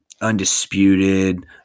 Undisputed